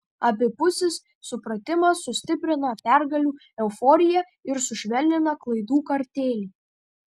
abipusis supratimas sustiprina pergalių euforiją ir sušvelnina klaidų kartėlį